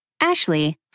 Ashley